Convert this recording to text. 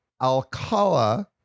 Alcala